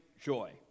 joy